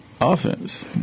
Offense